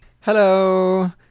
Hello